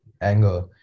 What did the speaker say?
anger